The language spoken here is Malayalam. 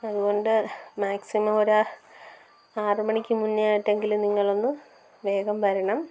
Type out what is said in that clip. അതുകൊണ്ട് മാക്സിമം ഒരു ആറുമണിക്ക് മുന്നേ ആയിട്ടെങ്കിലും നിങ്ങൾ ഒന്ന് വേഗം വരണം